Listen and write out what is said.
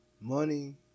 money